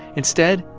instead,